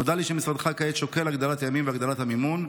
נודע לי שמשרדך שוקל כעת הגדלת ימים והגדלת המימון.